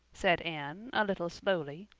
said anne, a little slowly.